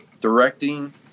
directing